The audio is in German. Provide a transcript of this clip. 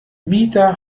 mieter